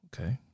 Okay